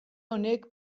honek